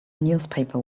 newspaper